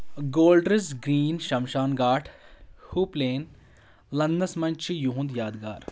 Golders Green Shamshan Ghat Hoop Lane لندنس منٛز چھِ یِہُنٛد یادگار